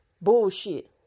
bullshit